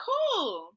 Cool